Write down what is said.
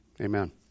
Amen